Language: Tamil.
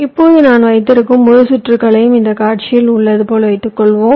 இப்போது நான் வைத்திருக்கும் முழு சுற்றுகளையும் இந்த காட்சியில் உள்ளதுபோல் வைத்துக்கொள்வோம்